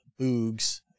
Boogs